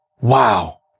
Wow